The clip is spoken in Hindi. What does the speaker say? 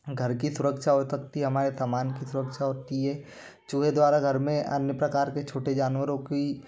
घर की सुरक्षा हो सकती है हमारे सामान की सुरक्षा होती है चूहे द्वारा घर में अन्य प्रकार के छोटे जानवरों के